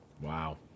Wow